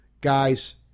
Guys